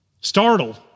startled